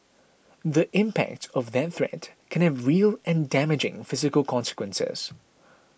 the impact of that threat can have real and damaging physical consequences